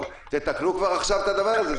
תתקנו כבר עכשיו את הדבר הזה,